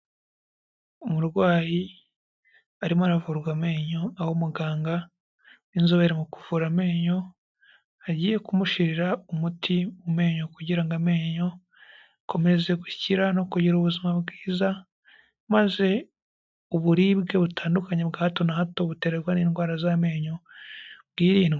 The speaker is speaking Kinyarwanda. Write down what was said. Umurwayi arimo aravurwa amenyo, aho umuganga w'inzobere mu kuvura amenyo agiye kumushirira umuti mu menyo kugira ngo amenyo akomeze gukira no kugira ubuzima bwiza, maze uburibwe butandukanye bwa hato na hato buterwa n'indwara z'amenyo bwirindwe.